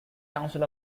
council